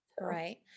Right